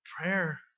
Prayer